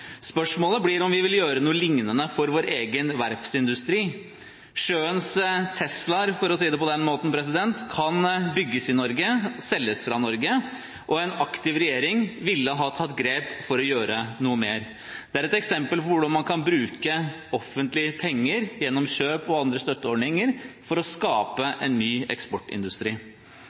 Spørsmålet blir om vi vil gjøre noe lignende for vår egen verftsindustri. Sjøens «Tesla-er», for å si det på den måten, kan bygges i Norge, selges fra Norge, og en aktiv regjering ville ha tatt grep for å gjøre noe mer. Det er et eksempel på hvordan man kan bruke offentlige penger gjennom kjøp og andre støtteordninger for å skape en ny eksportindustri.